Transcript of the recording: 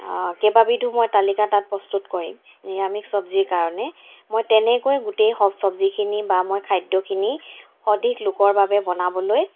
কেইবাবিধো মই তালিকা তাত প্ৰস্তুত কৰিম নিৰামিষ চবজিৰ কাৰণে মই তেনেকৈ গোটেই হ চবজিখিনি বা খাদ্যখিনি অধিক লোকৰ বাবে বনাবলৈ